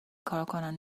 کارکنان